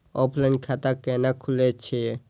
Offline खाता कैना खुलै छै?